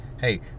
hey